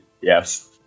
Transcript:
Yes